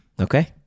okay